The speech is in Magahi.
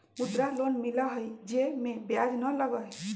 मुद्रा लोन मिलहई जे में ब्याज न लगहई?